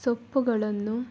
ಸೊಪ್ಪುಗಳನ್ನು